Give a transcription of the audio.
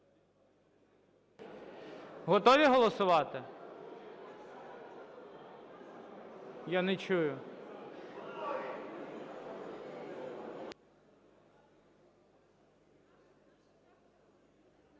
Готові голосувати? Я не чую.